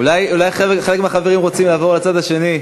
אולי חלק מהחברים רוצים לעבור לצד השני?